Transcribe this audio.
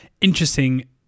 Interesting